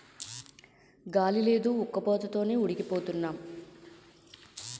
గాలి లేదు ఉక్కబోత తోనే ఉడికి పోతన్నాం